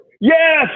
yes